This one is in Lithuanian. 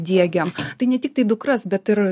diegiam tai ne tiktai dukras bet ir